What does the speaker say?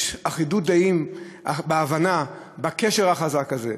יש אחידות דעים בהבנה בקשר החזק הזה.